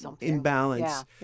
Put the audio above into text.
imbalance